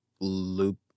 loop